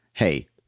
Hey